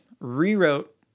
rewrote